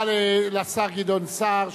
תודה רבה לשר גדעון סער,